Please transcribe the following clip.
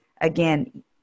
again